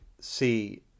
see